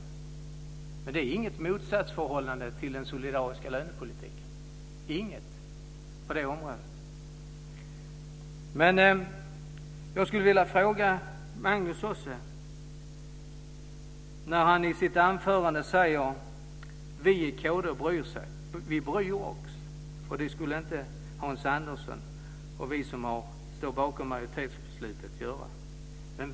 Det finns på det området inget motsatsförhållande till den solidariska lönepolitiken. Jacobsson. Han säger i sitt anförande: Vi i kd bryr oss. Det skulle inte Hans Andersson och vi som står bakom majoritetsbeslutet göra.